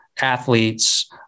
athletes